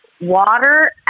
water